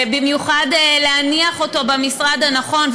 במיוחד להניח אותו במשרד הנכון.